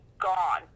gone